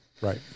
Right